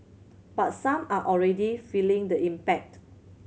but some are already feeling the impact